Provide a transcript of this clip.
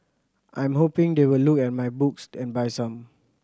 I'm hoping they will look at my books and buy some